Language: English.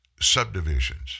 subdivisions